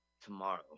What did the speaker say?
Tomorrow